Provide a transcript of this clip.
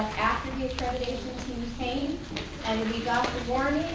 the the accreditation contained and we got the warning,